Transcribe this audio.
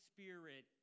Spirit